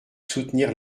soutenir